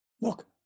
Look